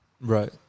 Right